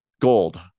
gold